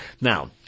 Now